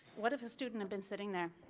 what if a student had been sitting there.